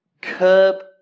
curb